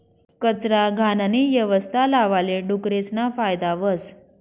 कचरा, घाणनी यवस्था लावाले डुकरेसना फायदा व्हस